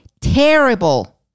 terrible